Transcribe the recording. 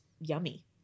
yummy